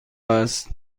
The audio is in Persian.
است